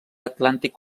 atlàntic